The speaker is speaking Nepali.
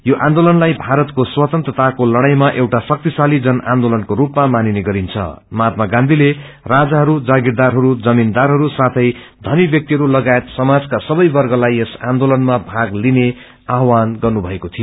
यो आन्दोलनलाई भारतको स्वतन्त्रताको लड़ाईमा एउटा शक्तिशाली जन आन्दोलनको रूपमा मानिने गरिन्छ महात्मा गंधीले राजाहरू जागीरदारहरू जमीनदारहरू साथै धनी व्याक्तिहरू सगायत समाजका सवै वर्गलाई यस आन्चेलनमा भाग लिने आव्झन गर्नुभएको थियो